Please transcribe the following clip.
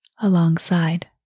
alongside